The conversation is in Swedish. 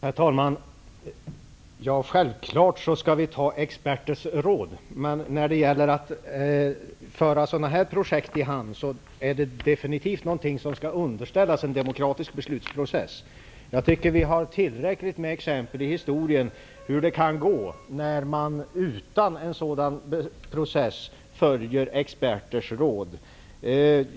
Herr talman! Det är självklart att vi skall ta experters råd, men projektet skall definitivt underställas en demokratisk beslutsprocess när det gäller att föra det i hamn. Jag tycker att vi har tillräckligt många exempel i historien på hur det kan gå när man utan en sådan process följer experters råd.